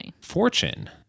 fortune